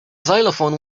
xylophone